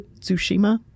Tsushima